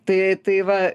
tai tai va